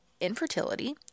infertility